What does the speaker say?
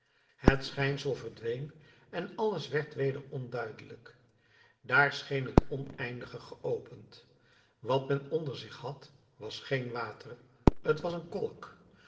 het schijnsel verdween en alles werd weder onduidelijk daar scheen het oneindige geopend wat men onder zich had was geen water t was een kolk